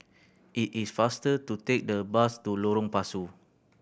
it is faster to take the bus to Lorong Pasu